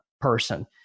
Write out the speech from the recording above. person